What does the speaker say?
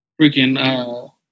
Freaking